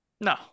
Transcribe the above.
No